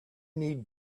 need